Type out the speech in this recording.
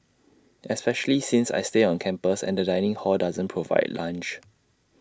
especially since I stay on campus and the dining hall doesn't provide lunch